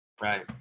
Right